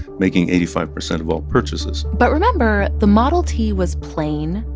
making eighty five percent of all purchases but remember the model t was plain,